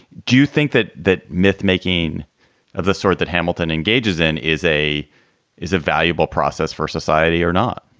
do you think that that mythmaking of the sort that hamilton engages in is a is a valuable process for society or not?